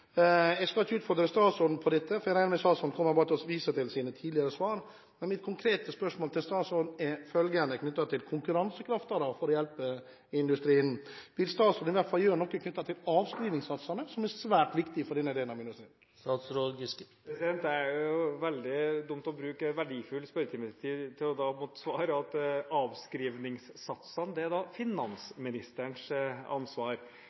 Jeg skal ikke utfordre statsråden på dette, for jeg regner med at statsråden bare kommer til å vise til sine tidligere svar. Men mitt konkrete spørsmål til statsråden er følgende, knyttet til konkurransekraften for å hjelpe industrien: Vil statsråden i hvert fall gjøre noe med avskrivningssatsene, som er svært viktig for denne delen av industrien? Det er jo veldig dumt å bruke verdifull spørretimetid på å måtte svare at avskrivningssatsene – det er finansministerens ansvar.